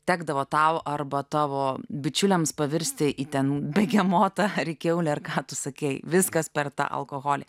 tekdavo tau arba tavo bičiuliams pavirsti į ten begemotą ar į kiaulę ar ką tu sakei viskas per tą alkoholį